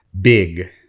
Big